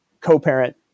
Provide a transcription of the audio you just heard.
co-parent